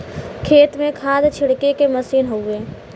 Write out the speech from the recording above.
खेत में खाद छिड़के के मसीन हउवे